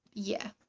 yeah,